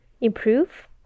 improve